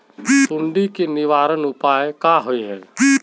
सुंडी के निवारण उपाय का होए?